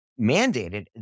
mandated